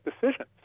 decisions